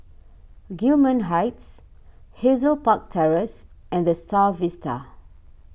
Gillman Heights Hazel Park Terrace and the Star Vista